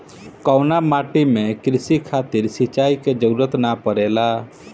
कउना माटी में क़ृषि खातिर सिंचाई क जरूरत ना पड़ेला?